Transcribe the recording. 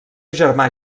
germà